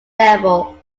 level